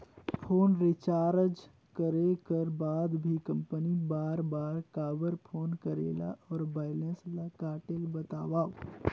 Phone recharge करे कर बाद भी कंपनी बार बार काबर फोन करेला और बैलेंस ल काटेल बतावव?